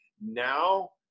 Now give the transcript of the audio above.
Now